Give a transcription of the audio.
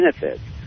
benefits